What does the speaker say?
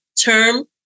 term